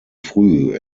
früh